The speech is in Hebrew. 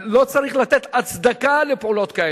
לא צריך לתת הצדקה לפעולות כאלה.